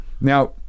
now